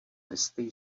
listy